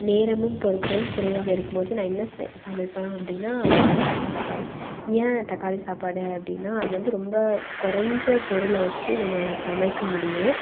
நேரமும் பொருட்களும் குறைவாக இருக்கும் போது நான் என்ன சே சமைப்பேன் அப்படினா தக்காளி சாப்பாடு ஏன் தக்காளி சாப்பாடு அப்படின்னா அது வந்து ரொம்ப கொறைஞ்ச பொருளை வச்சு நம்ம சமைக்க முடியும்